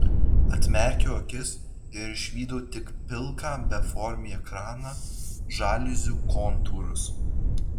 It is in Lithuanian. atmerkiau akis ir išvydau tik pilką beformį ekraną žaliuzių kontūrus